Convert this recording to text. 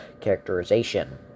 characterization